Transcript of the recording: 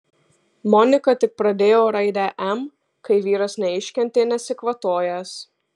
monika tik pradėjo raidę m kai vyras neiškentė nesikvatojęs